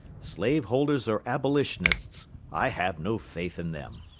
slave-holders or abolitionists, i have no faith in them!